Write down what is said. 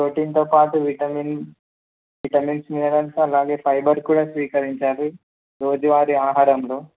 ప్రోటీన్తో పాటు vitamin vitamins iron అలాగే fibre కూడా స్వీకరించాలి రోజువారి ఆహారంలో